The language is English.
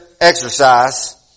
exercise